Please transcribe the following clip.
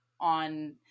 on